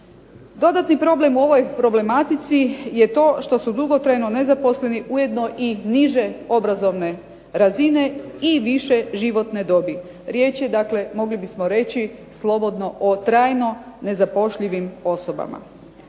Dodatni problem u ovoj problematici je to što su dugotrajno nezaposleni ujedno i niže obrazovne razine i više životne dobi. Riječ je dakle, mogli bismo reći slobodno trajno o trajno nezapošljivim osobama.